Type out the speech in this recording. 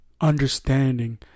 understanding